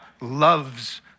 loves